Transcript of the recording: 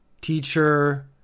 teacher